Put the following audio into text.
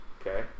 Okay